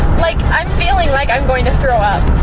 like, i'm feeling like i'm going to throw up.